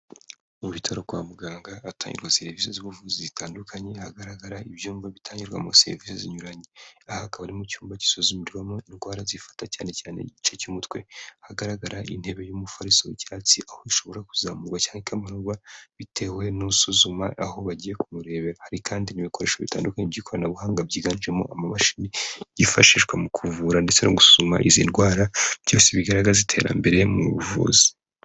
Mu bitaro kwa muganga hatangirwa serivisi z'ubuvuzi zitandukanye hagaragara ibyumba bitangirwamo serivisi zinyuranye, aha akaba ari mu icyumba gisuzumirwamo indwara zifata cyane cyane igice cy'umutwe, hagaragara intebe y'umufariso w'icyatsi aho ishobora kuzamurwa cyangwa ikamarorwa bitewe n'usuzuma aho bagiye kumureba, hari kandi n'ibikoresho bitandukanye by'ikoranabuhanga byiganjemo amamashini yifashishwa mu kuvura ndetse no gusuma izi ndwara byose bigaragaza iterambere mu buvuzi.